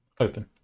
Open